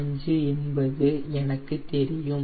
15 என்பது எனக்கு தெரியும்